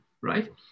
right